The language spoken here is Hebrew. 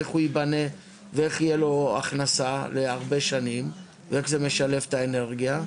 איך הוא ייבנה ואיך יהיה לו הכנסה להרבה שנים ואיך זה משלב את האנרגיה,